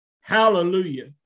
Hallelujah